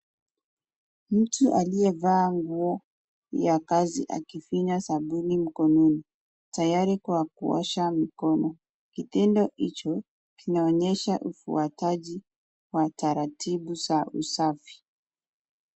Mtu aliyevaa nguo za kazi akifinya sabuni mkononi, tayari kwa kuosha mikono. Kitendo hicho kinaonyesha ufuataji wa taratibu za usafi.